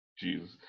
Jesus